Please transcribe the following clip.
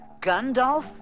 Gandalf